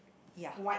ya